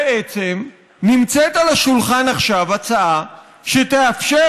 בעצם נמצאת על השולחן עכשיו הצעה שתאפשר